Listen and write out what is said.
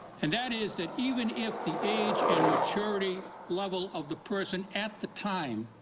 and that is that even if the age and maturity level of the person at the time